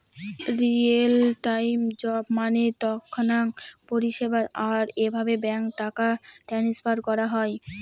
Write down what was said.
real time job মানে তৎক্ষণাৎ পরিষেবা, আর এভাবে ব্যাঙ্কে টাকা ট্রান্সফার করা হয়